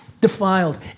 defiled